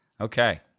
Okay